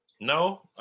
No